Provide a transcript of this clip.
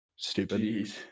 stupid